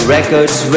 Records